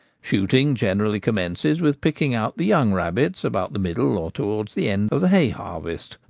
shooting generally commences with picking out the young rabbits about the middle or towards the end of the hay harvest,